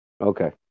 Okay